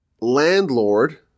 landlord